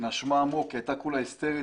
היא נשמה עמוק, היא הייתה היסטרית.